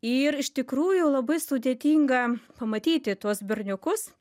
ir iš tikrųjų labai sudėtinga pamatyti tuos berniukus